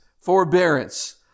forbearance